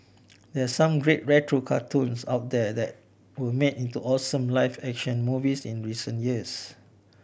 there are some great retro cartoons out there that were made into awesome live action movies in recent years